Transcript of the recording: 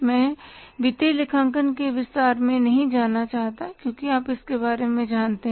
मैं वित्तीय लेखांकन के विस्तार में नहीं जाना चाहता क्योंकि आप इसके बारे में जानते हैं